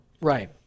Right